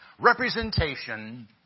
representation